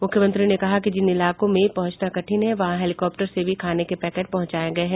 मुख्यमंत्री ने कहा कि जिन इलाकों में पहुंचना कठिन है वहां हेलिकॉप्टर से भी खाने के पैकेट पहुंचाए गए हैं